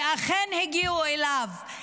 ואכן הגיעו אליו.